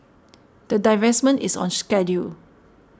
the divestment is on schedule